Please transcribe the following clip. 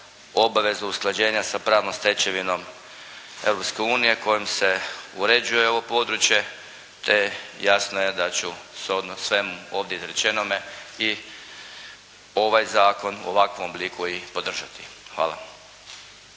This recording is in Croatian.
obvezu usklađenja sa pravnom stečevinom Europske unije kojom se uređuje ovo područje te jasno je da ću se o svemu ovdje izrečenome i ovaj zakon u ovakvom obliku i podržati. Hvala.